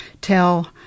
tell